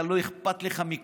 אתה, לא אכפת לך מכלום.